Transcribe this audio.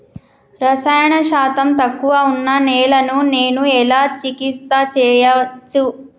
రసాయన శాతం తక్కువ ఉన్న నేలను నేను ఎలా చికిత్స చేయచ్చు?